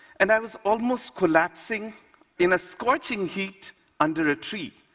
and i was almost collapsing in a scorching heat under a tree,